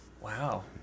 Wow